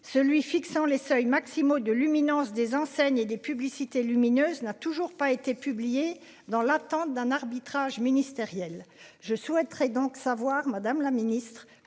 celui fixant les seuils maximaux de l'imminence des enseignes et des publicités lumineuses n'a toujours pas été publiés dans l'attente d'un arbitrage ministériel. Je souhaiterais donc savoir Madame la Ministre